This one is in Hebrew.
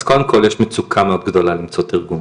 אז קודם כל יש מצוקה מאוד גדולה למצוא תרגום.